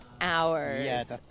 hours